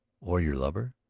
or your lover?